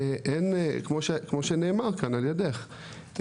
כמו שנאמר כאן על ידך,